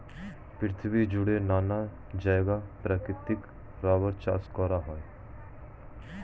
পৃথিবী জুড়ে নানা জায়গায় প্রাকৃতিক রাবার চাষ করা হয়